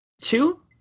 Two